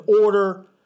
order